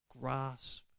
grasp